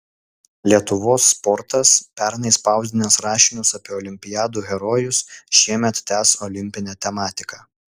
lietuvos sportas pernai spausdinęs rašinius apie olimpiadų herojus šiemet tęs olimpinę tematiką